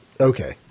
okay